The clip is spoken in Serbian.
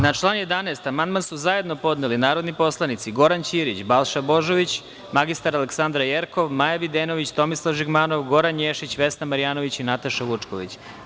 Na član 11. amandman su zajedno podneli narodni poslanici Goran Ćirić, Balša Božović, mr. Aleksandar Jerkov, Maja Videnović, Tomislav Žigmanov, Goran, Ješić, Vesna Marjanović i Nataša Vučković.